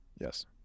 Yes